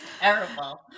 Terrible